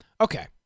okay